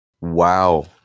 Wow